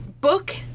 book